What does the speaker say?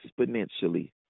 exponentially